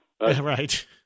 right